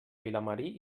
vilamarí